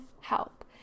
help